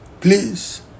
Please